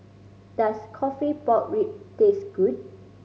does coffee pork rib taste good